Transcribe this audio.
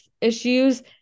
issues